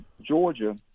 Georgia